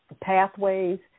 pathways